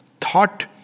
Thought